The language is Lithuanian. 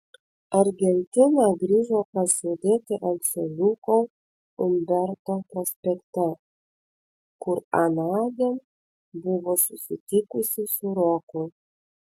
argentina grįžo pasėdėti ant suoliuko umberto prospekte kur anądien buvo susitikusi su roku